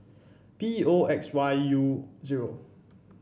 P O X Y U zero